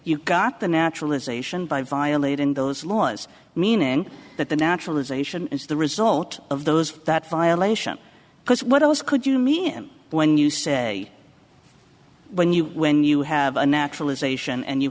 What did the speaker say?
you've got the naturalisation by violating those laws meaning that the naturalization is the result of those that violation because what else could you mean when you say when you when you have a naturalization and you